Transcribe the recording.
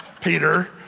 Peter